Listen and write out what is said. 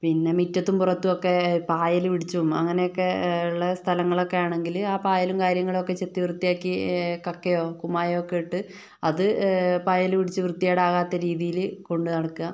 പിന്നെ മുറ്റത്തും പുറത്തുമൊക്കെ പായലുപിടിച്ചും അങ്ങനെയൊക്കെയുള്ളെ സ്ഥലങ്ങലോക്കെയാണെങ്കില് ആ പായലും കാര്യങ്ങളൊക്കെ ചെത്തി വൃത്തിയാക്കി കക്കയോ കുമ്മായൊക്കെ ഇട്ട് അത് പായല് പിടിച്ച് വൃത്തികേടാകാത്ത രീതിയില് കൊണ്ടു നടക്കുക